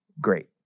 great